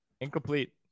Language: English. Incomplete